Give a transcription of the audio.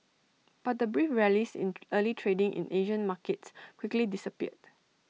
but the brief rallies in early trading in Asian markets quickly disappeared